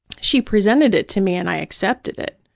she presented it to me and i accepted it,